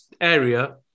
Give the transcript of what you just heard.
area